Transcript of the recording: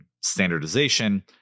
standardization